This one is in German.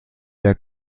der